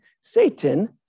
Satan